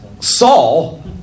Saul